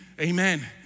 Amen